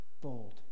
bold